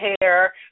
hair